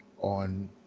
on